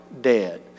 dead